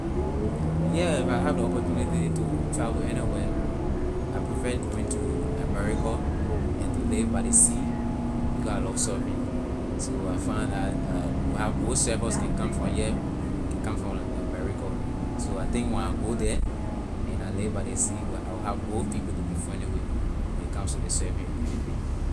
Yeah if I have ley opportunity to travel anywhere I prefer going to america and to live by ley sea because I love surfing so I find la we have more surfer can come from here can come from america so I think when I go the and I live by ley sea I will have more people to be friendly with when a comes to ley surfing activity.